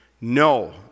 No